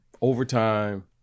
overtime